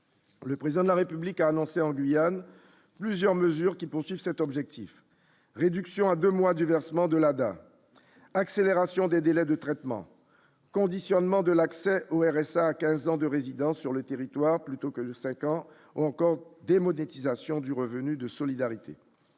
Le président de la République a annoncé en Guyane, plusieurs mesures qui poursuivent cet objectif réduction à 2 mois du versement de la dame, accélération des délais de traitement conditionnement de l'accès au RSA à 15 ans de résidence sur le territoire, plutôt que de 5 ans ou encore des monétisation du revenu de solidarité